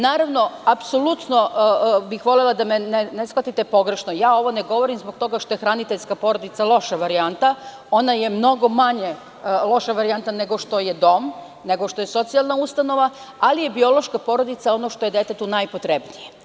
Naravno, apsolutno bih volela da me ne shvatite pogrešno, ovo ne govorim zbog toga što je hraniteljska porodica loša varijanta, ona je mnogo manje loša varijanta nego što je dom, nego što je socijalna ustanova, ali je biološka porodica ono što je detetu najpotrebnije.